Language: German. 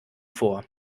vor